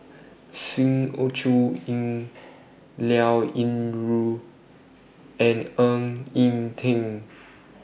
Sng Choon Yee Liao Yingru and Ng Eng Teng